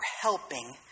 helping